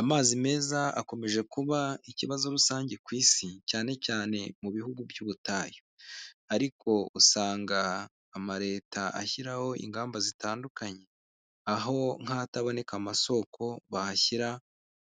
Amazi meza akomeje kuba ikibazo rusange ku isi cyane cyane mu bihugu by'ubutayu, ariko usanga amaleta ashyiraho ingamba zitandukanye, aho nk'ahataboneka amasoko bahashyira